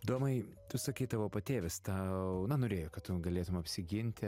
domai tu sakei tavo patėvis tau na norėjo kad tu galėtum apsiginti